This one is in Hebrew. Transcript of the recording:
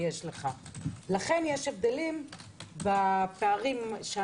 יש לי שאלה נוספת שחשוב לי לשאול: כל נושא של הפירוט באתרים ברשויות